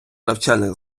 навчальних